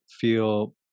feel